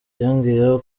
yongeyeho